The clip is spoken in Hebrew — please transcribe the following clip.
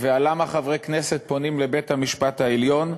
ועל למה חברי כנסת פונים לבית-המשפט העליון,